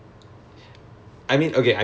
oh your தம்பி:thambi is in N_U_S high